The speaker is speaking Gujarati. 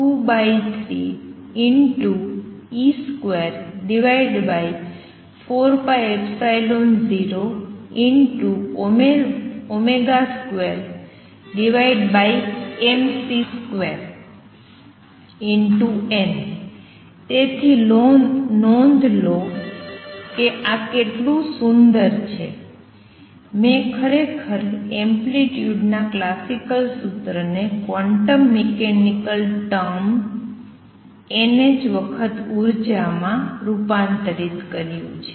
તેથી નોંધ લો કે આ કેટલું સુંદર છે મેં ખરેખર એમ્પ્લિટ્યુડના ક્લાસિકલ સૂત્રને ક્વોન્ટમ મિકેનિકલ ટર્મ nh વખત ઉર્જા માં રૂપાંતરિત કર્યું છે